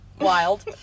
Wild